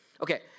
Okay